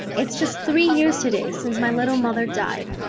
it's just three years today since my little mother died.